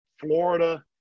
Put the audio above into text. Florida